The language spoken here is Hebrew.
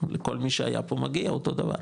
לכל מי שהיה פה מגיע אותו דבר,